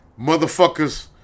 motherfuckers